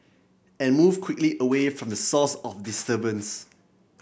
and move quickly away from the source of disturbance